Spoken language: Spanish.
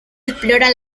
explora